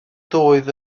doedd